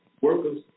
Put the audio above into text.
workers